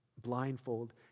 blindfold